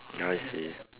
ya I see